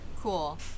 Cool